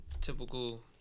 typical